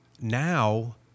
now